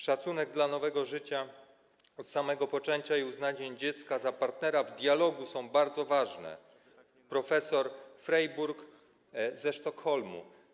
Szacunek dla nowego życia od samego poczęcia i uznanie dziecka za partnera w dialogu są bardzo ważne - prof. Freybergh ze Sztokholmu.